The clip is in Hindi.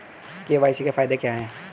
के.वाई.सी के फायदे क्या है?